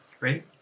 Ready